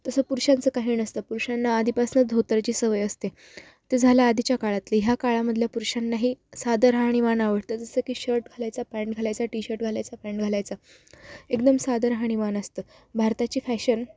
तसं पुरुषांचं काही नसत पुरुषांना आधीपासनं धोतरची सवय असते तर झालं आधीच्या काळातली ह्या काळामधल्या पुरुषांनाही साधं राहाणीमान आवडतं जसं की शर्ट घालायचा पॅन्ट घालायचा टी शर्ट घालायचा पॅन्ट घालायचा एकदम साधं राहाणीमान असतं भारताची फॅशन